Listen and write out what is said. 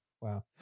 Wow